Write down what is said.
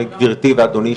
גברתי ואדוני,